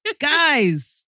Guys